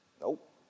Nope